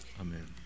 Amen